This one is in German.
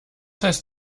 heißt